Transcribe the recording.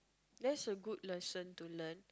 that's a good lesson to learn